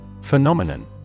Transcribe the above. Phenomenon